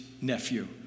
nephew